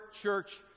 church